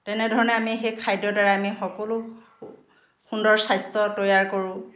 তেনেধৰণে আমি সেই খাদ্যৰ দ্বাৰাই আমি সকলো সুন্দৰ স্বাস্থ্য তৈয়াৰ কৰোঁ